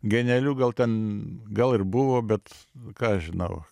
genialių gal ten gal ir buvo bet ką aš žinau